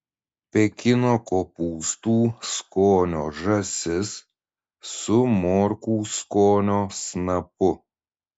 pekino kopūstų skonio žąsis su morkų skonio snapu